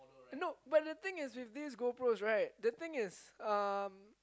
no but the thing is with these go pros right the thing is um